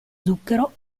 zucchero